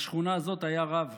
לשכונה הזאת היה רב,